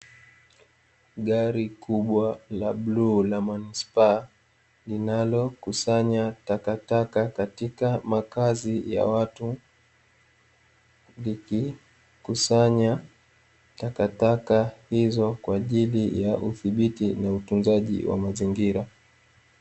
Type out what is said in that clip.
Gari kubwa la bluu la manispaa, linalo kusanya takataka katika makazi ya watu, likikusanya takataka hizo kwa ajili ya udhibiti na utunzaji wa mazingira.